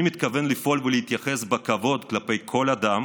אני מתכוון לפעול ולהתייחס בכבוד לכל אדם,